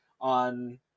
on